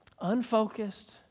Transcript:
unfocused